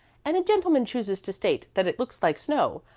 and a gentleman chooses to state that it looks like snow,